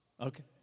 okay